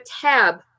tab